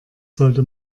sollte